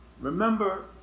Remember